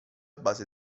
base